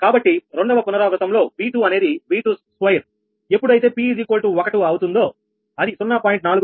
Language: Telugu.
కాబట్టి రెండవ పునరావృతం లో V2 అనేది 𝑉22ఎప్పుడైతే p1 అవుతుందో అది 0